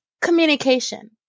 communication